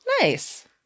Nice